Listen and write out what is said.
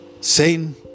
Satan